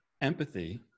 empathy